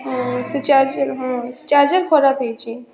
ହୁଁ ସେ ଚାର୍ଜର୍ ହୁଁ ଚାର୍ଜର୍ ଖରାପ ହେଇଛି